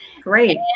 Great